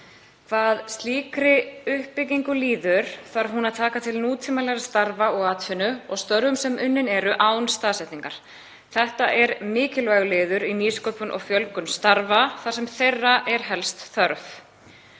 Hvað slíkri uppbyggingu líður þarf hún að taka til nútímalegra starfa og atvinnu og störfum sem unnin eru án staðsetningar. Þetta er mikilvægur liður í nýsköpun og fjölgun starfa þar sem þeirra er helst þörf.